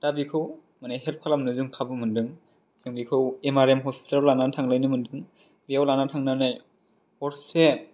दा बेखौ माने हेल्फ खालामनो जों खाबु मोनदों जों बेखौ एम आर एम हस्पिटेल आव लानानै थांलायनो मोनदों बेयाव लानानै थांनानै हरसे